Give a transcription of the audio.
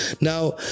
Now